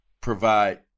provide